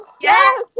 Yes